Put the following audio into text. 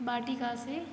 बाटिका से